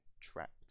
trapped